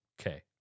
Okay